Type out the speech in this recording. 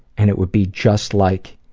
and it would be just like